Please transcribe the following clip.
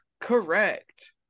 correct